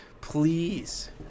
please